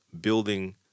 building